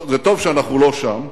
טוב, זה טוב שאנחנו לא שם,